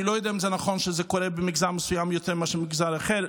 אני לא יודע אם זה נכון שזה קורה במגזר מסוים יותר מאשר במגזר אחר,